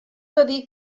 byddi